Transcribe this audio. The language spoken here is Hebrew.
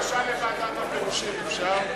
יש לי בקשה לוועדת הפירושים, אפשר?